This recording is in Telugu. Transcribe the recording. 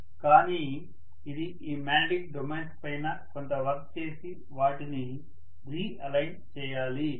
కానీ ఇది ఈ మాగ్నెటిక్ డొమైన్స్ పైన కొంత వర్క్ చేసి వాటిని రి అలైన్ చేయాలి